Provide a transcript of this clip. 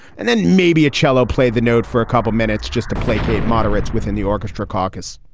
and then maybe a cello played the note for a couple of minutes just to placate moderates within the orchestra caucus.